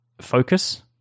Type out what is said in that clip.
focus